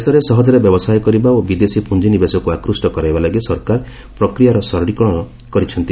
ଦେଶରେ ସହଜରେ ବ୍ୟବସାୟ କରିବା ଓ ବିଦେଶୀ ପ୍ରଞ୍ଜିନିବେଶକ୍ତ ଆକୃଷ୍ଟ କରାଇବା ଲାଗି ସରକାର ପ୍ରକ୍ରିୟାର ସରଳୀକରଣ କରିଛନ୍ତି